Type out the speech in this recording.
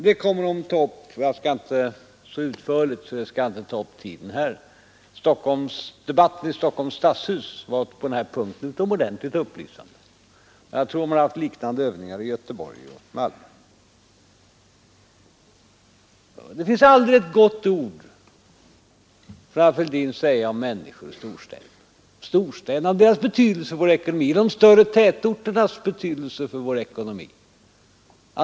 Men det här kommer att beröras så utförligt att jag inte skall ta upp mer tid med det. Debatten i Stockholms stadshus var på den här punkten utomordentligt upplysande. Jag tror att man har haft liknande övningar i Göteborg och Malmö. Herr Fälldin har aldrig ett gott ord att säga om människor i storstäderna och inte heller om storstädernas och de större tätorternas betydelse för vår ekonomi.